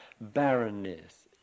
barrenness